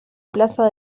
plaza